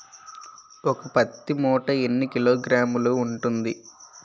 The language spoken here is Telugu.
ఒక పత్తి మూట ఎన్ని కిలోగ్రాములు ఉంటుంది?